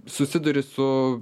susiduri su